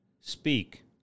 speak